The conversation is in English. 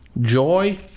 joy